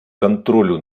контролю